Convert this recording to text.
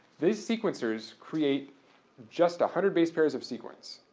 these sequencers create just a hundred base pairs of sequence.